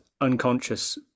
unconscious